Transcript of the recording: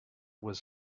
was